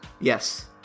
Yes